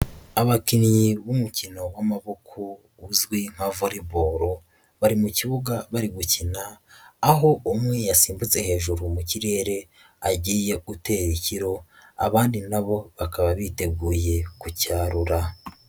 Abakinnyi b'umukino w'amaboko uzwi nka vore boro bari mu kibuga bari gukina, aho umwe yasimbutse hejuru mu kirere agiye gutera ikiro, abandi na bo bakaba biteguye kucyarura.